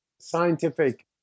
scientific